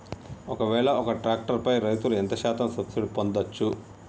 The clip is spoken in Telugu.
ఒక్కవేల ఒక్క ట్రాక్టర్ పై రైతులు ఎంత శాతం సబ్సిడీ పొందచ్చు?